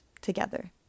together